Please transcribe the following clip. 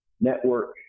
network